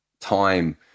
time